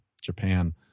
Japan